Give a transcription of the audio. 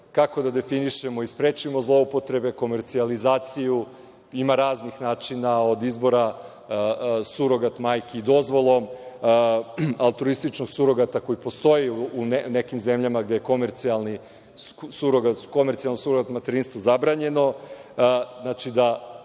kako da definišemo i sprečimo zloupotrebe, komercijalizaciju. Ima raznih načina, od izbora surogat majki dozvolom, autorističnog surogata koji postoji u nekim zemljama gde je komercijalno surogat materinstvo zabranjeno. Znači, da